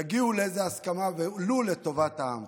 יגיעו לאיזו הסכמה, ולו לטובת העם.